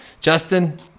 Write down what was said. Justin